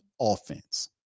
offense